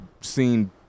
seen